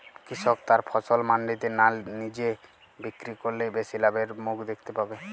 কৃষক তার ফসল মান্ডিতে না নিজে বিক্রি করলে বেশি লাভের মুখ দেখতে পাবে?